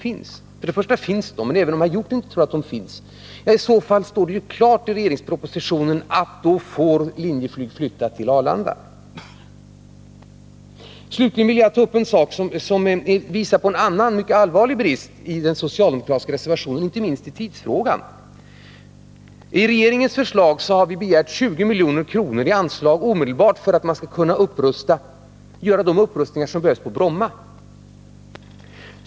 Först och främst finns de, även om herr Hjorth inte tror det. Men om de inte gör det får Linjeflyg — det står klart och utsagt i propositionen — flytta till Arlanda. Slutligen vill jag ta upp en sak som visar på en annan, mycket allvarlig brist i den socialdemokratiska reservationen, inte minst i tidsfrågan. Regeringen har begärt 20 milj.kr. i anslag omedelbart för att kunna göra de upprustningar som behövs på Bromma.